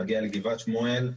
מגיע לגבעת שמואל.